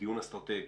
דיון אסטרטגי,